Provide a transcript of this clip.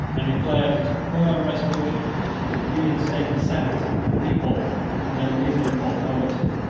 and declared his firm resolution to reinstate the senate and people in their legal authority.